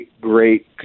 great